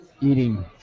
eating